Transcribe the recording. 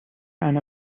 and